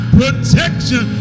protection